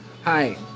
Hi